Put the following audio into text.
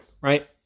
right